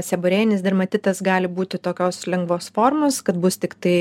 seborėjinis dermatitas gali būti tokios lengvos formos kad bus tiktai